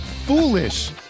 Foolish